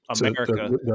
America